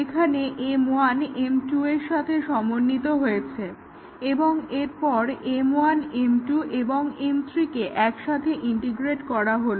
এখানে M1 M2 এর সাথে সমন্বিত হয়েছে এবং এরপর M1 M2 এবং M3 কে একসাথে ইন্টিগ্রেট করা হলো